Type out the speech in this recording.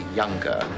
younger